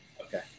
Okay